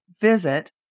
visit